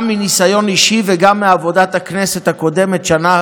גם מניסיון אישי וגם מעבודת הכנסת הקודמת, שנה